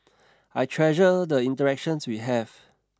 I treasure the interactions we have